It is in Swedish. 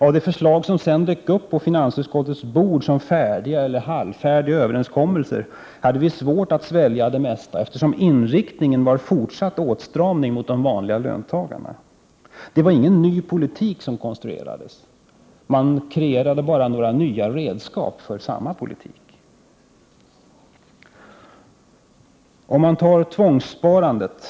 Av de förslag som sedan dök upp på finansutskottets bord som färdiga eller halvfärdiga överenskommelser hade vi svårt att svälja det mesta, eftersom inriktningen var fortsatt åtstramning mot de vanliga löntagarna. Men det var ingen ny politik som konstruerades, man kreerade bara några nya redskap för samma politik. Vidare har vi tvångssparandet.